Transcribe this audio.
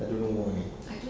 I don't know why